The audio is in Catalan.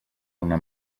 una